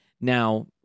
Now